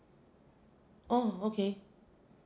oh okay